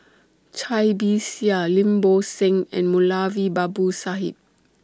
Cai Bixia Lim Bo Seng and Moulavi Babu Sahib